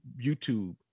youtube